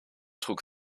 trug